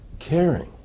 caring